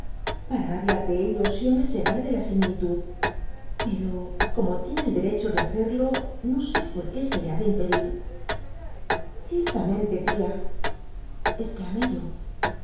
para hablar de ello siempre se vale de la similitud pero como tiene el dcccho de haccl'lo no sé por qué se le ha de impedir t icttamcntc tia exclamé yo